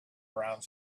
around